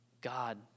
God